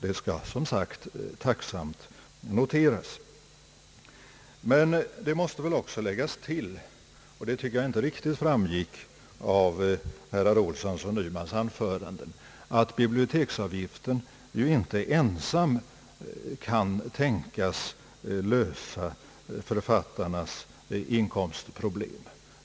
Det skall som sagt tacksamt noteras, men det måste väl också tilläggas — och det tycker jag inte riktigt framgick av herrar Olssons och Nymans anföranden — att biblioteksavgiften inte ensam kan tänkas lösa författarnas inkomstproblem.